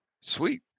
sweet